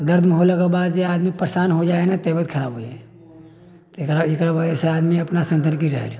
दर्द मे होला के बाद जे आदमी परेशान हो जाइ है न तबियत खराब हो जाइ है तऽ एकरा एकरा बजह से आदमी सतरके रहलै